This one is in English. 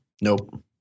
Nope